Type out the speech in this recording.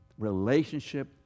relationship